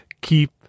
keep